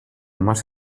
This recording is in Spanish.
más